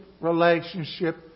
relationship